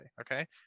okay